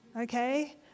Okay